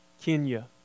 Kenya